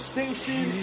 Station